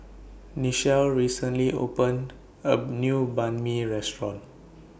Nichelle recently opened A New Banh MI Restaurant